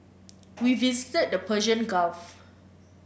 we visited the Persian Gulf